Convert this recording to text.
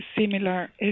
similar